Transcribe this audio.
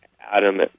Adam